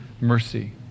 mercy